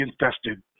infested